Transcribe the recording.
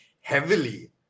heavily